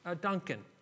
Duncan